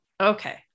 Okay